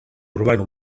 urbano